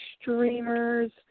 streamers